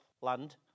land